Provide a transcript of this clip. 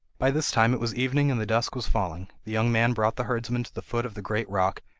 by this time it was evening and the dusk was falling. the young man brought the herdsman to the foot of the great rock,